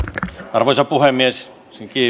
arvoisa puhemies ensinkin